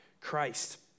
Christ